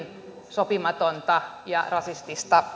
sopimatonta ja rasistista